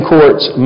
Court's